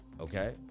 okay